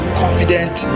confident